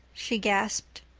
she gasped.